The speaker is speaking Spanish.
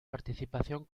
participación